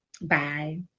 bye